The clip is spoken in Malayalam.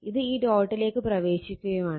ഇത് ഈ ഡോട്ടിലേക്ക് പ്രവേശിക്കുകയുമാണ്